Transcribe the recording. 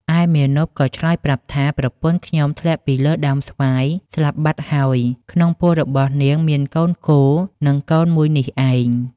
ឯមាណពក៏ឆ្លើយប្រាប់ថា ប្រពន្ធខ្ញុំធ្លាក់ពីលើដើមស្វាយស្លាប់បាត់ហើយ ក្នុងពោះរបស់នាងមានកូនគោនិងកូនមួយនេះឯង ។